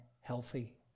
healthy